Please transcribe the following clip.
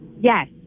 Yes